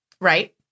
Right